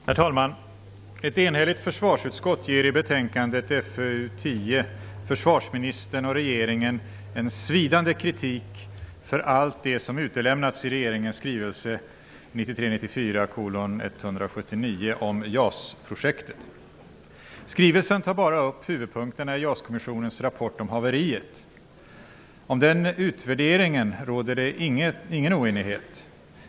Herr talman! Ett enhälligt försvarsutskott ger i betänkandet FöU10 försvarsministern och regeringen en svidande kritik för allt det som utelämnats i regeringens skrivelse 1993/94:179 om I skrivelsen tas bara upp huvudpunkterna i JAS kommissionens rapport om haveriet. Om den utvärderingen råder det ingen oenighet.